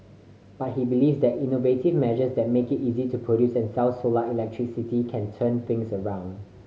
but he believes that innovative measures that make it easy to produce and sell solar electricity can turn things around